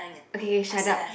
okay shut up